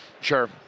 sure